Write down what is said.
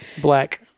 Black